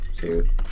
Cheers